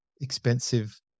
expensive